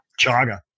Chaga